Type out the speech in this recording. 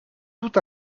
tout